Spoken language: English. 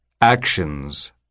Actions